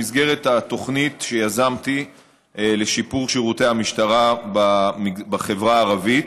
במסגרת התוכנית שיזמתי לשיפור שירותי המשטרה בחברה הערבית,